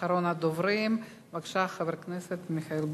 אחרון הדוברים, בבקשה, חבר הכנסת מיכאל בן-ארי.